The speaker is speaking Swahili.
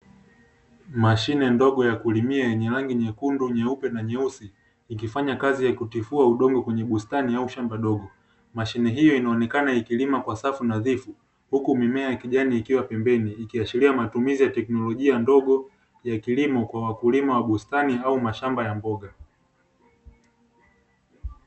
Mashine ndogo ya kulimia yenye rangi nyekundu, nyeupe na nyeusi ikifanya kazi ya kutifua udongo kwenye bustani yenye shamba dogo. Mashine hiyo inaonekana ikilima kwa safu nadhifu huku mimea ya kijani ikiwa pembeni ikiashiria matumizi ya teknolojia ndogo ya kilimo kwa wakulima wa bustani au mashamba ya mboga